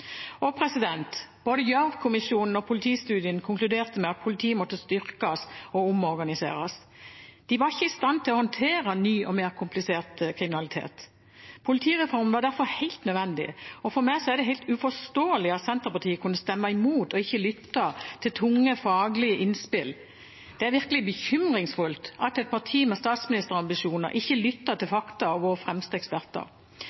Både Gjørv-kommisjonen og politistudien konkluderte med at politiet måtte styrkes og omorganiseres. De var ikke i stand til å håndtere ny og mer komplisert kriminalitet. Politireformen var derfor helt nødvendig, og for meg er det helt uforståelig at Senterpartiet kunne stemme imot og ikke lytte til tunge faglige innspill. Det er virkelig bekymringsfullt at et parti med statsministerambisjoner ikke lytter til